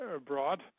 abroad